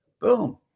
Boom